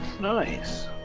Nice